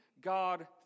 God